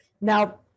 Now